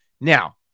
Now